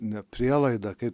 ne prielaida kaip